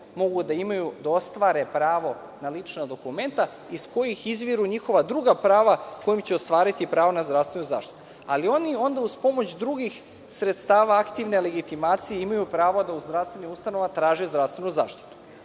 mogu da imaju, da ostvare pravo na lična dokumenta iz kojih izviru njihova druga prava, kojim će ostvariti pravo na zdravstvenu zaštitu. Ali, oni onda uz pomoć drugih sredstava, aktivne legitimacije imaju prava da u zdravstvenim ustanovama traže zdravstvenu zaštitu.